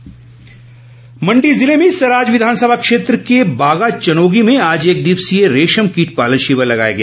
शिविर मण्डी जिले में सराज विधानसभा क्षेत्र के बागाचनोगी में आज एक दिवसीय रेशम कीट पालन शिविर लगाया गया